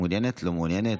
לא מעוניינת.